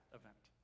event